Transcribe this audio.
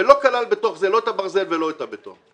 ולא כלל בתוך זה לא את הברזל ולא את הבטון.